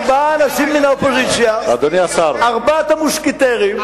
ארבעה אנשים מן האופוזיציה, ארבעת המוסקטרים.